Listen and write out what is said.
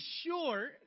sure